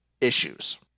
issues